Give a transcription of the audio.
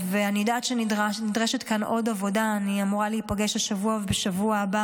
אני יודעת שנדרשת כאן עוד עבודה, השבוע ובשבוע הבא